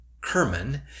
Kerman